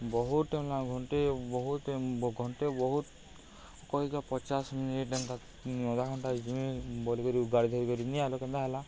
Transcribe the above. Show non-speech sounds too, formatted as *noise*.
ବହୁତ ହେଲା ଘଣ୍ଟେ ବହୁତ ଘଣ୍ଟେ ବହୁତ କହିକା ପଚାଶ ମିନିଟ୍ ଏନ୍ତା ଅଧା ଘଣ୍ଟା ଯେମି *unintelligible* ଗାଡ଼ି *unintelligible* କେନ୍ତା ହେଲା